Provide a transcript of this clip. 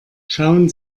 schauen